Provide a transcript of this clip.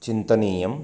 चिन्तनीयम्